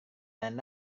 lain